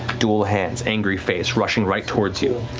dual hands, angry face, rushing right towards you.